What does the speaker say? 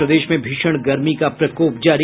और प्रदेश में भीषण गर्मी का प्रकोप जारी